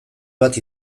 bat